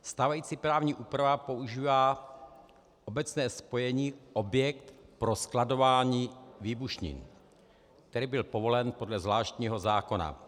Stávající právní úprava používá obecné spojení objekt pro skladování výbušnin, který byl povolen podle zvláštního zákona.